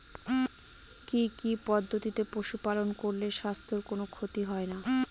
কি কি পদ্ধতিতে পশু পালন করলে স্বাস্থ্যের কোন ক্ষতি হয় না?